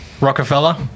rockefeller